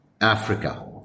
Africa